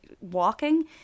walking